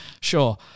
sure